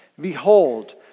Behold